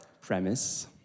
premise